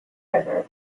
river